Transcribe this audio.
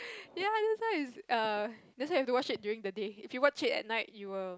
ya that's why it's err that's why you do watch it during the day if you watch it at night you will